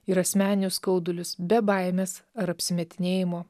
ir asmeninius skaudulius be baimės ar apsimetinėjimo